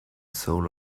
soul